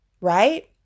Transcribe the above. right